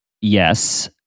Yes